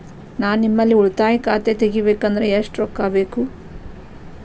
ನಾ ನಿಮ್ಮಲ್ಲಿ ಉಳಿತಾಯ ಖಾತೆ ತೆಗಿಬೇಕಂದ್ರ ಎಷ್ಟು ರೊಕ್ಕ ಬೇಕು?